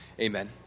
Amen